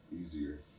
easier